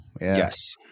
Yes